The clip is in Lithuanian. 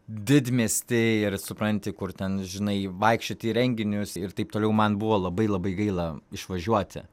didmiestį ir supranti kur ten žinai vaikščioti į renginius ir taip toliau man buvo labai labai gaila išvažiuoti